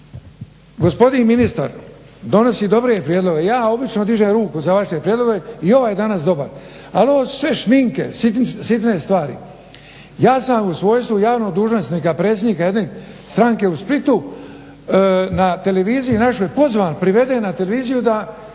Gospodin ministar donosi dobre prijedloge. Ja obično dižem ruku za vaše prijedloge i ovaj je danas dobar. Ali ovo su sve šminke, sitne stvari. Ja sam u svojstvu javnog dužnosnika predsjednika jedne stranke u Splitu na televiziji našoj pozvan, priveden na televiziju da